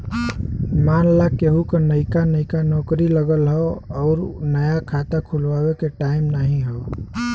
मान ला केहू क नइका नइका नौकरी लगल हौ अउर नया खाता खुल्वावे के टाइम नाही हौ